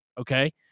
Okay